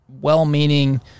well-meaning